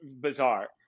bizarre